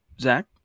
Zach